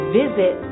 visit